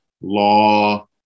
law